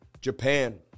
Japan